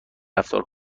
رفتار